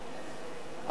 התוצאה היא: